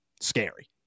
scary